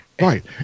right